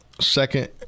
second